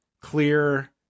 clear